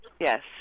yes